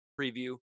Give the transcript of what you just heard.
preview